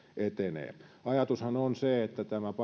etenee ajatushan on se että tämä parlamentaarinen